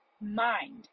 mind